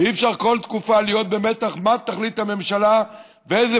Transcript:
אי-אפשר כל תקופה להיות במתח מה תחליט הממשלה ואיזה